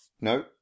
No